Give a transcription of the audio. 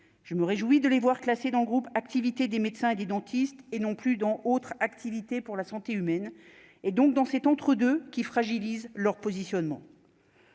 je me réjouis de les voir classé dans le groupe activités des médecins et des dentistes et non plus dans autres activités pour la santé humaine et donc dans cet entre-deux qui fragilise leur positionnement.